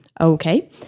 Okay